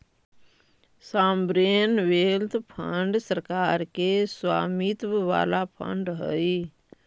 sovereign wealth fund सरकार के स्वामित्व वाला फंड हई